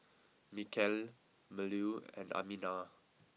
Mikhail Melur and Aminah